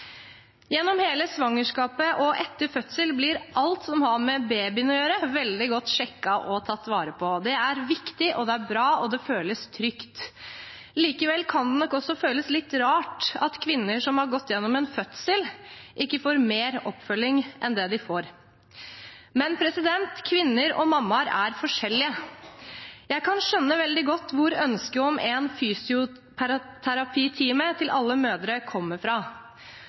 Gjennom hele svangerskapet og etter fødsel blir alt som har med babyen å gjøre, veldig godt sjekket og tatt vare på. Det er viktig, det er bra, og det føles trygt. Likevel kan det nok også føles litt rart at kvinner som har gått igjennom en fødsel, ikke får mer oppfølging enn det de får. Men kvinner og mammaer er forskjellige. Jeg kan skjønne veldig godt hvor ønsket om en fysioterapitime til alle mødre kommer fra